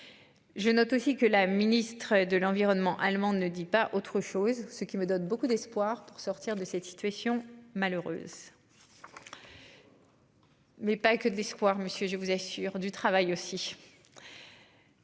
Je note aussi que la ministre de l'environnement allemande ne dit pas autre chose. Ce qui me donne beaucoup d'espoir pour sortir de cette situation malheureuse. Mais pas que de l'espoir. Monsieur, je vous assure du travail aussi.